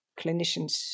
clinicians